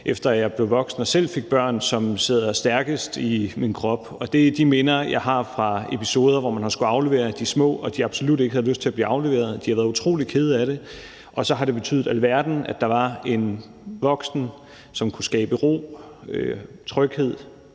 efter jeg blev voksen og selv fik børn, som sidder stærkest i min krop. Det er de minder, jeg har fra episoder, hvor man har skullet aflevere de små, og hvor de absolut ikke har haft lyst til at blive afleveret og har været utrolig kede af det. Så har det betydet alverden, at der var en voksen, som kunne skabe ro, tryghed,